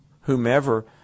whomever